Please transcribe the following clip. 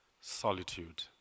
solitude